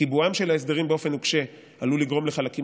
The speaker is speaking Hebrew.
קיבועם של ההסדרים באופן נוקשה עלול לגרום לחלקים